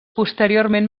posteriorment